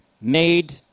made